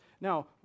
Now